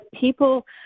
people